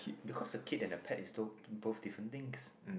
because a kid and the pet is both different things